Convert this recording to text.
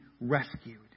rescued